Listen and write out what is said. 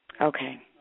Okay